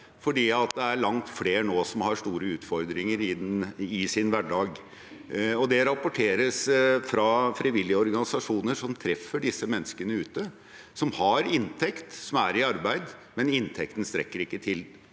det er langt flere nå som har store utfordringer i sin hverdag. Det rapporteres fra frivillige organisasjoner som treffer disse menneskene ute, at de har inntekt, de er i arbeid, men inntekten strekker ikke til.